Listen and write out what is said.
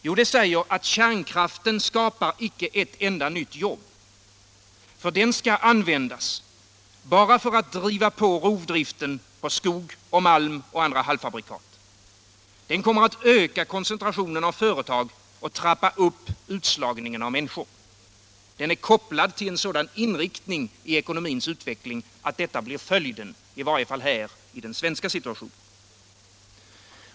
Jo, det säger att kärnkraften inte skapar ett enda nytt jobb, för den skall användas bara för att öka rovdriften av skog, malm och andra halvfabrikat. Den kommer att öka koncentrationen av företag och trappa upp utslagningen av människor. Den är kopplad till en sådan inriktning i ekonomins utveckling att detta blir följden, i varje fall för Sverige.